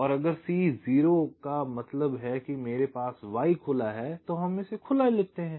तो अगर C 0 का मतलब है कि मेरे पास Y खुला है तो हमें खुला लिखते हैं